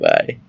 Bye